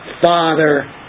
Father